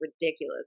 ridiculous